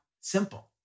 simple